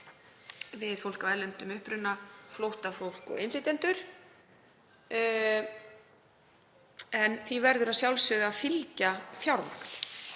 við fólk af erlendum uppruna, flóttafólk og innflytjendur. En því verður að sjálfsögðu að fylgja fjármagn